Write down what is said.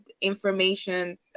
information